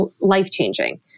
life-changing